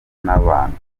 n’abantu